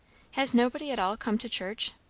has nobody at all come to church?